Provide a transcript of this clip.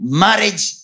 marriage